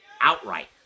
outright